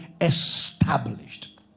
established